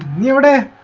nearer to